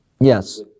Yes